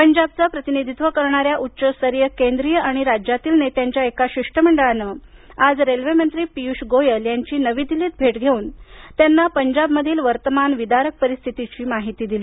पंजाबचं प्रतिनिधीत्व करणाऱ्या उच्चस्तरीय केंद्रीय आणि राज्यातील नेत्यांच्या एका शिष्टमंडळानं आज रेल्वे मंत्री पियुष गोयल यांची नवी दिल्लीत भेट घेऊन त्यांना पंजाबमधील वर्तमान विदारक परिस्थितीची माहिती दिली